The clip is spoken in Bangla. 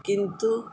কিন্তু